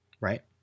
Right